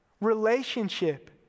relationship